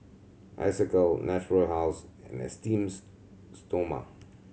Isocal Natura House and Esteem Stoma